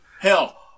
Hell